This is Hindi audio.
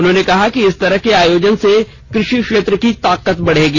उन्होंने कहा कि इस तरह के आयोजन से कृ षि क्षेत्र की ताकत बढ़ेगी